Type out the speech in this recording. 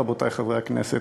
רבותי חברי הכנסת,